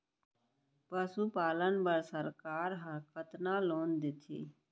पशुपालन बर सरकार ह कतना लोन देथे?